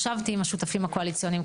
ישבתי עם השותפים הקואליציוניים,